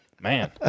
Man